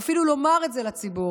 ואפילו לומר את זה לציבור.